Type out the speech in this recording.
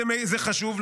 זה חשוב,